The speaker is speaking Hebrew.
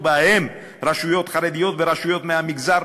ובהן רשויות חרדיות ורשויות מהמגזר,